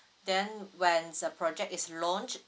then when the project is launch